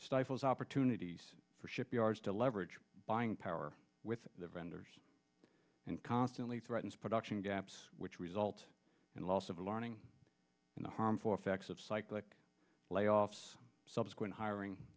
stifles opportunities for shipyards to leverage buying power with the vendors and constantly threatens production gaps which result in loss of learning in the harmful effects of cyclic layoffs subsequent hiring